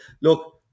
Look